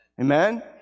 Amen